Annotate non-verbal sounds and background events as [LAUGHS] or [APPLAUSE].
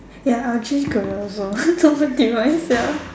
ya I'll change career also [LAUGHS] over demise ya